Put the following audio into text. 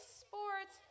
sports